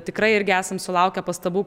tikrai irgi esam sulaukę pastabų